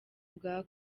bwa